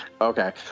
Okay